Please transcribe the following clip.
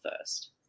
first